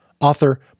author